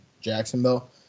Jacksonville